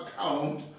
account